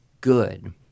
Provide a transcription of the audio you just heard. good